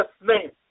name